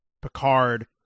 Picard